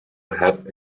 had